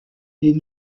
des